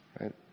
right